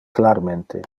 clarmente